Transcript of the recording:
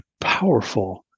powerful